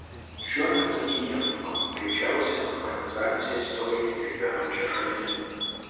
šiuo metu kinija laikoma greičiausią urbanizaciją istorijoje išgyvenančia šalimi